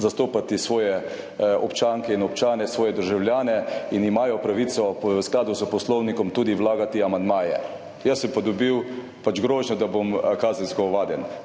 zastopati svoje občanke in občane, svoje državljane in imajo pravico v skladu s poslovnikom tudi vlagati amandmaje, jaz sem pa dobil grožnjo, da bom kazensko ovaden.